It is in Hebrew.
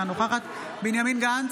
אינה נוכחת בנימין גנץ,